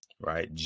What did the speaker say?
right